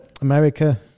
America